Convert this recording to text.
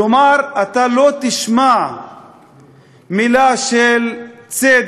כלומר אתה לא תשמע מילה על צדק,